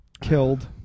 Killed